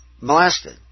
molested